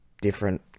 different